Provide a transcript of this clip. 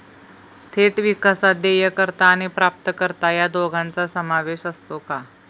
थेट विकासात देयकर्ता आणि प्राप्तकर्ता या दोघांचा समावेश असतो का?